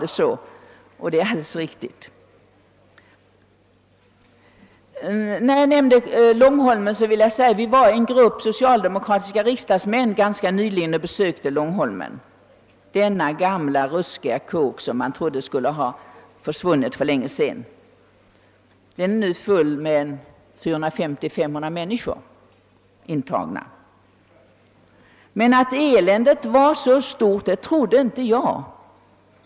Det är ett uttalande som bör röra både justitieministern och mig. Och det är alldeles riktigt. Ganska nyligen besökte en grupp socialdemokratiska riksdagsmän Långholmen, denna gamla, ruskiga kåk som man trott skulle ha försvunnit för länge sedan. 450—500 människor finns nu intagna där. Att eländet var så stort trodde jag inte.